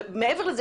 ומעבר לזה,